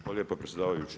Hvala lijepa predsjedavajući.